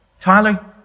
Tyler